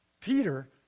Peter